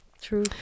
true